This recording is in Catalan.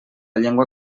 llengua